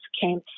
came